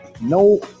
No